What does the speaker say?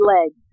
legs